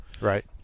Right